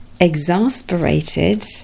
exasperated